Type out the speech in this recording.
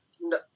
No